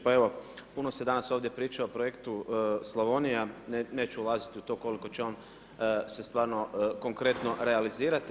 Pa evo, puno se danas ovdje priča o projektu Slavonija, neću ulaziti u to koliko će on se stvarno, konkretno realizirati.